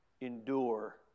endure